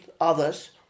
others